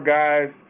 guys